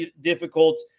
difficult